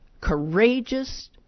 courageous